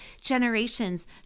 generations